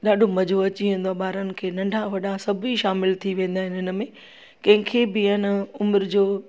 ॾाढो मज़ो अची वेंदो आहे ॿारनि खे नंढा वॾा सभी शामिलु थी वेंदा आहिनि हिनमें कंहिंखे बि अइन उमिरि जो